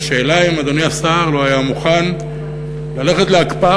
השאלה היא אם אדוני השר לא היה מוכן ללכת להקפאה